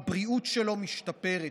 הבריאות שלו משתפרת,